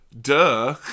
Duh